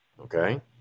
Okay